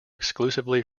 exclusively